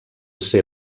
ser